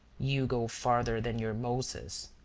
you go farther than your moses.